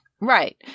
Right